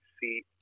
see